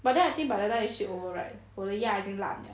but then I think by the time it ship over right 我的鸭已经烂 liao